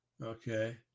Okay